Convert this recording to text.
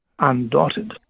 undotted